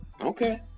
okay